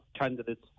candidates